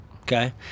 okay